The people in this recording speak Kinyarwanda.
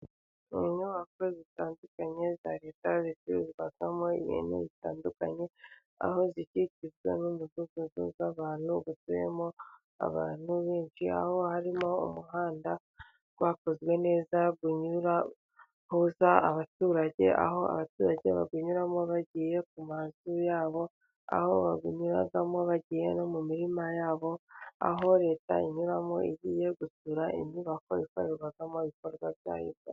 Inyubako zitandukanye za leta zi zifatamo ibintu bitandukanye , aho zikikizwa n'umudugudu y'abantu batuyemo, abantu benshi aho harimo umuhanda wakozwe neza uhuza abaturage, aho abaturage banyuramo bagiye ku mazu yabo, aho babinyuramo bagiye no mu mirima yabo, aho leta inyuramo igiye gusura inyubako yakorerwagamo ibikorwa byayo.